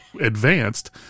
advanced